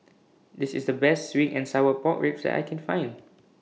This IS The Best Sweet and Sour Pork Ribs that I Can Find